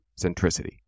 centricity